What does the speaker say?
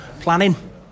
planning